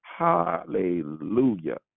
Hallelujah